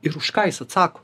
ir už ką jis atsako